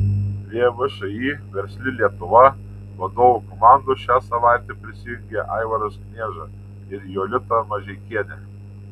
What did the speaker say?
prie všį versli lietuva vadovų komandos šią savaitę prisijungė aivaras knieža ir jolita mažeikienė